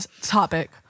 topic